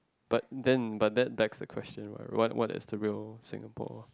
but then but that backs the question right what is the real Singapore